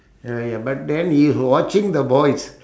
ya lah ya but then he watching the boys